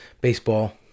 baseball